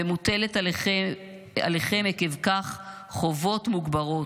ועקב כך מוטלות עליכם חובות מוגברות.